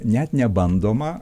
net nebandoma